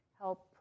help